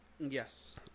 Yes